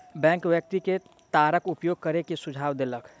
bank व्यक्ति के तारक उपयोग करै के सुझाव देलक